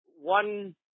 One